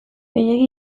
gehiegi